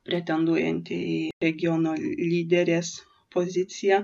pretenduojanti į regiono lyderės poziciją